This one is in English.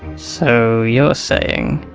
so, you're saying.